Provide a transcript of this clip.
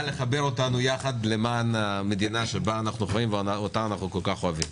לחבר אותנו יחד למען המדינה שבה אנחנו חיים ואותה אנחנו כל כך אוהבים.